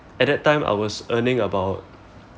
at that time I was earning about